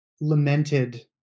lamented